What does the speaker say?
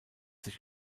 sich